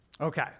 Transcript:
Okay